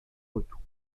retour